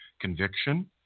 conviction